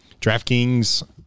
DraftKings